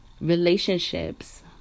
relationships